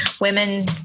women